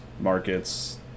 markets